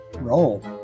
Roll